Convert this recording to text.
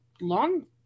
long